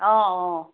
অঁ অঁ